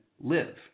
live